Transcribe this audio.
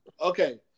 okay